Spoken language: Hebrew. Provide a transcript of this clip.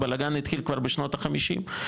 הבלגן התחיל כבר בשנות ה-50'.